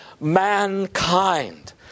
mankind